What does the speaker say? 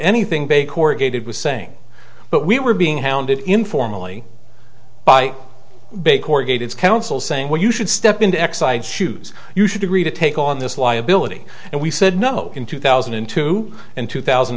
anything big corrugated was saying but we were being hounded informally by big corrugated council saying when you should step into exide shoes you should agree to take on this liability and we said no in two thousand and two and two thousand